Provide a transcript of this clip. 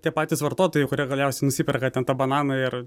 tie patys vartotojai kurie galiausiai nusiperka ten tą bananą ir